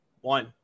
One